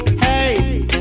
hey